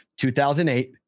2008